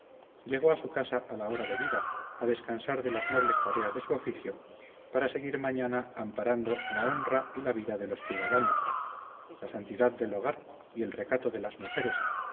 llegó a su casa a la hora debida a descansar de las nobles tareas de su oficio para seguir mañana amparando la honra y la vida de los ciudadanos la santidad del hogar y el recato de las mujeres